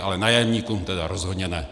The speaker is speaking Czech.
Ale nájemníkům teda rozhodně ne!